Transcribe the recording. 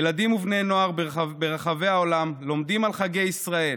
ילדים ובני נוער ברחבי העולם לומדים על חגי ישראל,